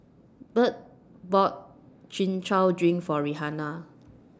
Burt bought Chin Chow Drink For Rihanna